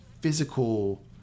physical